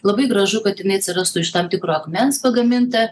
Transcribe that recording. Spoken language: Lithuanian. labai gražu kad jinai atsirastų iš tam tikro akmens pagaminta